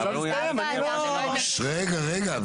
רגע, רגע.